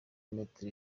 metero